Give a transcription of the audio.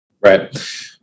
Right